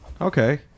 Okay